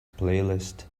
playlist